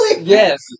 Yes